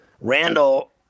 Randall